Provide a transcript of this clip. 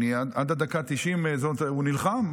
עד הדקה ה-90 הוא נלחם,